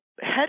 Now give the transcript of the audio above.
head